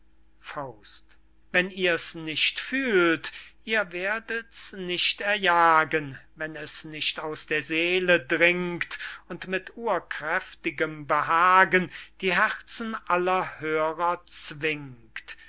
leiten wenn ihr's nicht fühlt ihr werdet's nicht erjagen wenn es nicht aus der seele dringt und mit urkräftigem behagen die herzen aller hörer zwingt